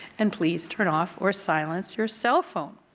and please turn off or silence your cellphone.